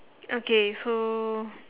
okay so